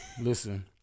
listen